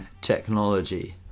technology